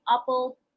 Apple